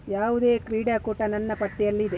ಯಾವುದೇ ಕ್ರೀಡಾಕೂಟ ನನ್ನ ಪಟ್ಟಿಯಲ್ಲಿದೆ